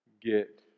get